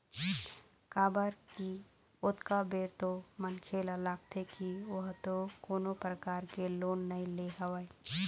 काबर की ओतका बेर तो मनखे ल लगथे की ओहा तो कोनो परकार ले लोन नइ ले हवय